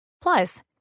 Plus